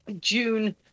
June